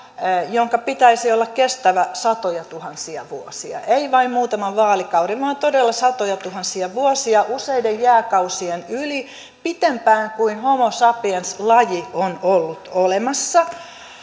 jonka pitäisi olla kestävä satojatuhansia vuosia ei vain muutaman vaalikauden vaan todella satojatuhansia vuosia useiden jääkausien yli pitempään kuin homo sapiens laji on ollut olemassa